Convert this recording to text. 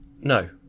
no